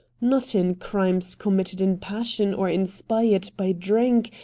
not in crimes committed in passion or inspired by drink,